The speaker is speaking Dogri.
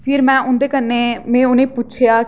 फिर में उं'दे कन्नै में उ'नेंगी पुच्छेआ कि